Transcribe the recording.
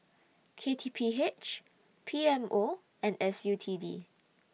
K T P H P M O and S U T D